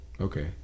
Okay